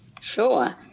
Sure